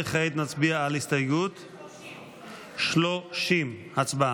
וכעת נצביע על הסתייגות 30. הצבעה.